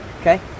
Okay